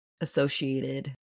associated